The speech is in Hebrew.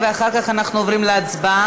אחר כך אנחנו עוברים להצבעה,